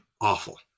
awful